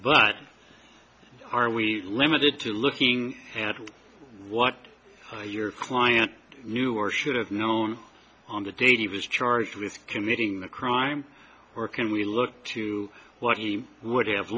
but are we limited to looking at what your client knew or should have known on the date of is charged with committing the crime or can we look to what he would have